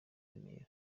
remera